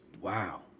Wow